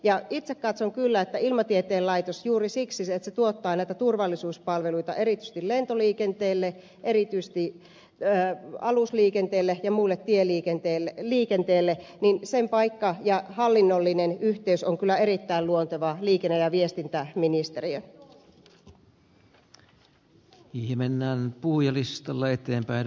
ja itse katson kyllä että ilmatieteen laitos juuri siksi että ilmatieteen laitos tuottaa näitä turvallisuuspalveluita erityisesti lentoliikenteelle erityisesti alusliikenteelle ja muulle liikenteelle sen paikka ja hallinnollinen yhteys on kyllä erittäin luontevasti liikenne ja viestintäministeriö